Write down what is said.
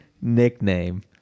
nickname